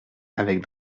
avec